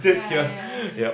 ya ya he